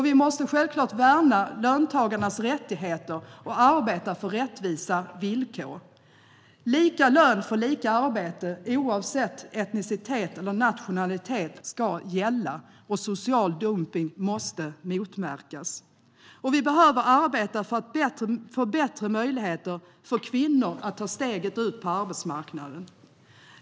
Vi måste självklart värna löntagarnas rättigheter och arbeta för rättvisa villkor. Lika lön för lika arbete oavsett etnicitet eller nationalitet ska gälla, och social dumpning måste motverkas. Vi behöver arbeta för bättre möjligheter för kvinnor att ta steget ut på arbetsmarknaden.